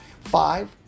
Five